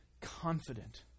confident